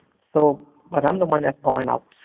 so but i'm the one that's going out.